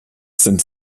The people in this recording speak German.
sind